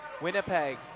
Winnipeg